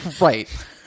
right